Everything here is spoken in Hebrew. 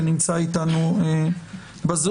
שנמצא איתנו בזום.